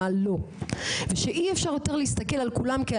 כמובן יש פה גם שכר טרחה,